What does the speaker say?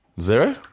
Zero